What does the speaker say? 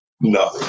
No